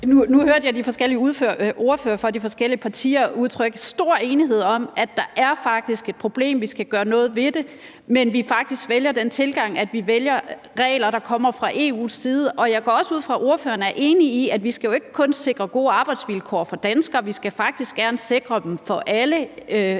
Nu hørte jeg de forskellige ordførere fra de forskellige partier udtrykke stor enighed om, at der faktisk er et problem, og at vi skal gøre noget ved det, men at vi faktisk vælger den tilgang, at vi vælger regler, der kommer fra EU's side. Jeg går også ud fra, at ordføreren er enig i, at vi jo ikke kun skal sikre gode arbejdsvilkår for danskere; vi skal faktisk gerne sikre dem for alle